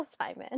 Simon